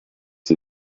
die